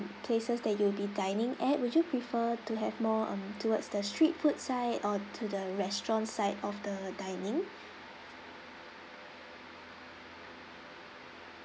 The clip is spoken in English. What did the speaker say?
places that you'll be dining at would you prefer to have more on towards the street food side or to the restaurant side of the dining